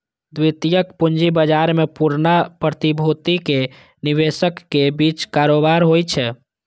द्वितीयक पूंजी बाजार मे पुरना प्रतिभूतिक निवेशकक बीच कारोबार होइ छै